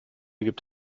gibt